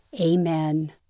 amen